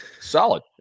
solid